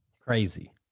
Crazy